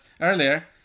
earlier